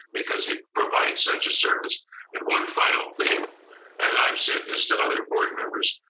because it provides such a service and one final thing and i've said this to other board members,